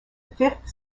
fifth